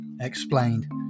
explained